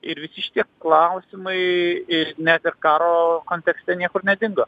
ir visi šitie klausimai ir net ir karo kontekste niekur nedingo